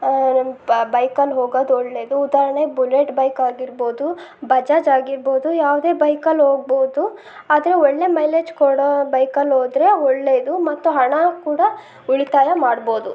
ನನ್ನ ಬ್ ಬೈಕಲ್ಲಿ ಹೋಗದು ಒಳ್ಳೇದು ಉದಾಹರ್ಣೆಗೆ ಬುಲೆಟ್ ಬೈಕ್ ಆಗಿರ್ಬೋದು ಬಜಾಜ್ ಆಗಿರ್ಬೋದು ಯಾವುದೇ ಬೈಕಲ್ಲಿ ಹೋಗ್ಬೋದು ಆದರೆ ಒಳ್ಳೆಯ ಮೈಲೇಜ್ ಕೊಡೋ ಬೈಕಲ್ಲಿ ಹೋದರೆ ಒಳ್ಳೆಯದು ಮತ್ತು ಹಣ ಕೂಡ ಉಳಿತಾಯ ಮಾಡ್ಬೋದು